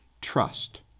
Trust